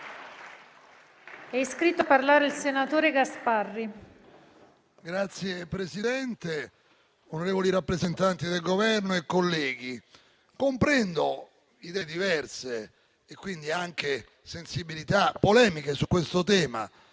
Signor Presidente, onorevoli rappresentanti del Governo e colleghi, comprendo che vi siano idee diverse e quindi anche sensibilità e polemiche su questo tema,